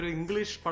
English